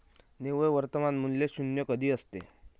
निव्वळ वर्तमान मूल्य शून्य कधी असते?